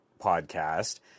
podcast